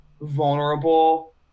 vulnerable